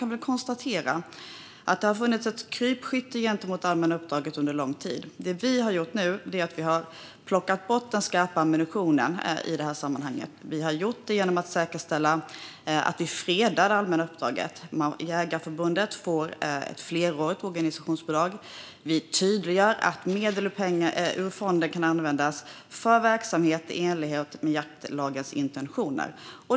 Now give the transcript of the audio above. Det har funnits ett krypskytte mot det allmänna uppdraget under lång tid, och det vi har gjort nu är att plocka bort den skarpa ammunitionen genom att säkerställa att det allmänna uppdraget fredas. Jägareförbundet får ett flerårigt organisationsbidrag, och vi tydliggör att medel ur fonden kan användas för verksamhet i enlighet med jaktlagens intentioner.